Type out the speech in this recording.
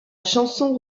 chanson